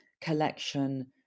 collection